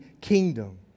kingdom